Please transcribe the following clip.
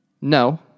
No